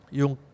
yung